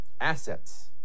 assets